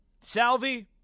Salvi